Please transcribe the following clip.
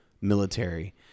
military